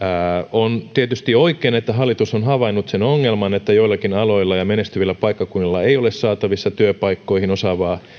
on tietysti oikein että hallitus on havainnut sen ongelman että joillakin aloilla ja menestyvillä paikkakunnilla ei ole saatavissa työpaikkoihin osaavaa